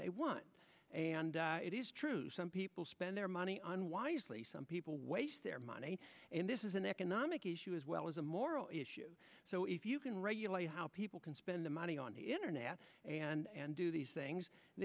they want and it is true some people spend their money unwisely some people waste their money and this is an economic issue as well as a moral issue so if you can regulate how people can spend the money on the internet and do these things